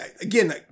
again